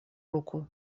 руку